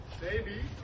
Baby